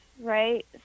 right